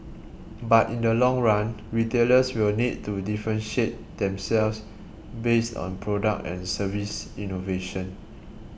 but in the long run retailers will need to differentiate themselves based on product and service innovation